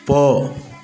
போ